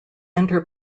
enter